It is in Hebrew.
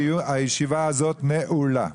הישיבה הזאת נעולה.